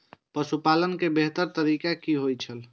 पशुपालन के बेहतर तरीका की होय छल?